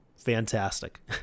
fantastic